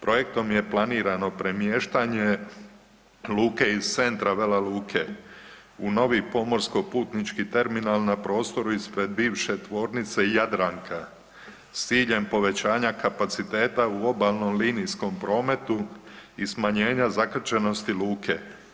Projektom je planirano premještanje luke iz centra Vela Luke u novi pomorsko putnički terminal na prostoru ispred bivše tvornice Jadranka s ciljem povećanja kapaciteta u obalnom linijskom prometu i smanjena zakrčenosti luke.